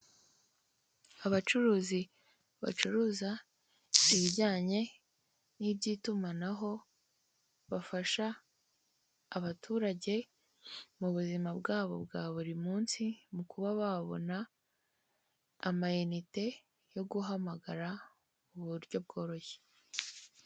Urupapuro rw'umweru rwanditseho amagambo mu ibara ry'umukara amazina n'imibare yanditseho mu rurimi rw'icyongereza n'ifite amabara y'imituku.